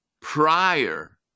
prior